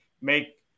make